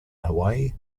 hawaii